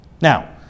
Now